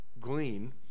glean